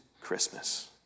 Christmas